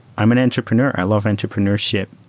i'm an entrepreneur. i love entrepreneurship.